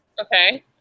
Okay